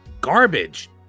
garbage